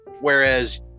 whereas